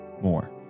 more